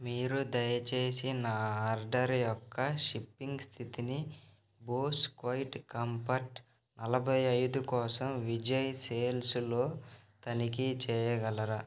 మీరు దయచేసి నా ఆర్డర్ యొక్క షిప్పింగ్ స్థితిని బోస్ క్వైట్ కంఫర్ట్ నలభై ఐదు కోసం విజయ్ సేల్స్లో తనిఖీ చేయగలరా